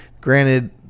Granted